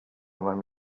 meinem